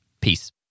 peace